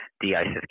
de-ISIS